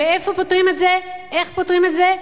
ואיפה פותרים את זה, איך פותרים את זה?